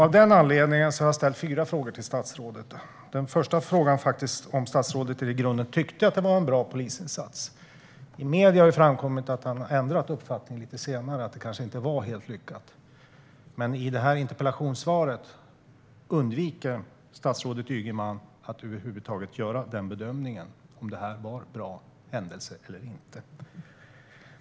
Av denna anledning har jag ställt fyra frågor till statsrådet. Den första frågan var om statsrådet i grunden tyckte att det var en bra polisinsats. I medierna har det framkommit att han lite senare har ändrat uppfattning: det var kanske inte helt lyckat. Men i interpellationssvaret undviker statsrådet Ygeman att över huvud taget göra bedömningen om det var bra eller inte.